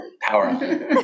Power